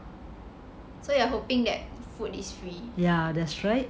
so you are hoping that food is free